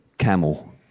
Camel